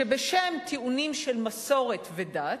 שבשם טיעונים של מסורת ודת,